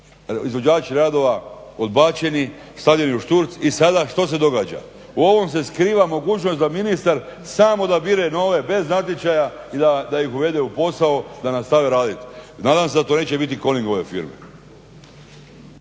izvođači radova odbačeni, stavljeni u šturc. I sada što se događa? U ovom se skriva mogućnost da ministar sam odabire nove bez natječaja i da ih uvede u posao da nastave raditi. Nadam se da to neće biti Koningove firme.